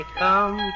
come